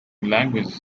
languages